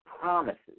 promises